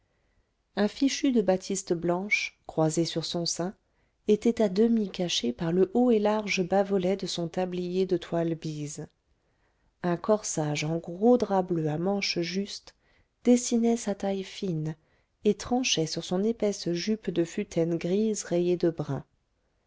un fichu de batiste blanche croisé sur son sein était à demi caché par le haut et large bavolet de son tablier de toile bise un corsage en gros drap bleu à manches justes dessinait sa taille fine et tranchait sur son épaisse jupe de futaine grise rayée de brun